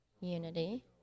unity